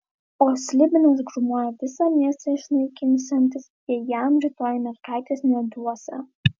o slibinas grūmoja visą miestą išnaikinsiantis jei jam rytoj mergaitės neduosią